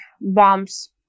bombs